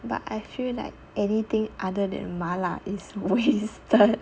but I feel like anything other than 麻辣 is wasted